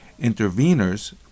interveners